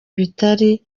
bitari